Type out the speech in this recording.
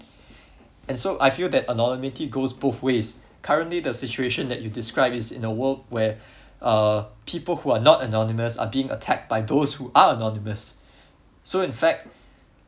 and so I feel that anonymity goes both ways currently the situation that you describe is in the world where uh people who are not anonymous are being attacked by those who are anonymous so in fact